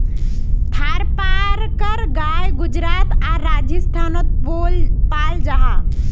थारपारकर गाय गुजरात आर राजस्थानोत पाल जाहा